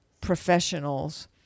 professionals